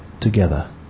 together